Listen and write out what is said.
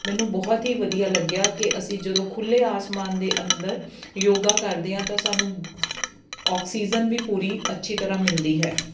ਮੈਨੂੰ ਬਹੁਤ ਹੀ ਵਧੀਆ ਲੱਗਿਆ ਕਿ ਅਸੀਂ ਜਦੋਂ ਖੁੱਲੇ ਆਸਮਾਨ ਦੇ ਅੰਦਰ ਯੋਗਾ ਕਰਦੇ ਹਾਂ ਤਾਂ ਸਾਨੂੰ ਔਕਸੀਜਨ ਵੀ ਪੂਰੀ ਅੱਛੀ ਤਰ੍ਹਾਂ ਮਿਲਦੀ ਹੈ